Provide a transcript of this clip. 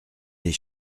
les